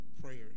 prayers